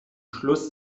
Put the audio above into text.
schluss